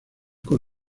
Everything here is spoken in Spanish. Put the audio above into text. con